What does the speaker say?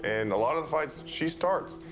and a lot of the fights, she starts.